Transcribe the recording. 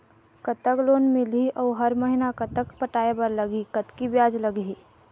कतक लोन मिलही अऊ हर महीना कतक पटाए बर लगही, कतकी ब्याज लगही?